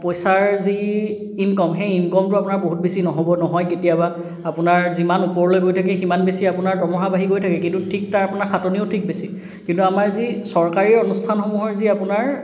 পইচাৰ যি ইনকম সেই ইনকমটো আপোনাৰ বহুত বেছি নহ'ব নহয় কেতিয়াবা আপোনাৰ যিমান ওপৰলৈ গৈ থাকে সিমান বেছি আপোনাৰ দৰমহা বাঢ়ি গৈ থাকে কিন্তু ঠিক তাৰ আপোনাৰ খাটনিও ঠিক বেছি কিন্তু আমাৰ যি চৰকাৰী অনুষ্ঠানসমূহৰ যি আপোনাৰ